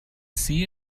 see